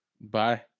Bye